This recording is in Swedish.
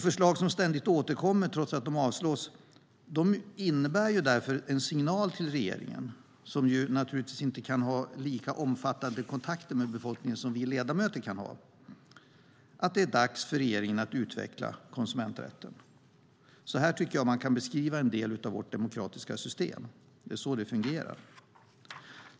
Förslag som ständigt återkommer trots att de avslås innebär därför en signal till regeringen, som naturligtvis inte kan ha lika omfattande kontakter med befolkningen som vi ledamöter har, om att det är dags för regeringen att utveckla konsumenträtten. Så tycker jag att man kan beskriva en del av vårt demokratiska system - det är så det fungerar.